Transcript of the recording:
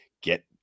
get